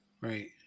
right